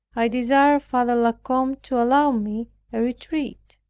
i desired father la combe to allow me a retreat.